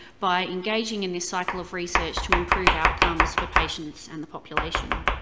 by engaging in this cycle of research, to improve outcomes for patients and the population.